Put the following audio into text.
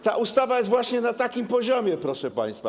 Ta ustawa jest właśnie na takim poziomie, proszę państwa.